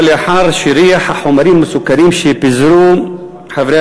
אבל לאחר שריח החומרים המסוכנים שפיזרו חברי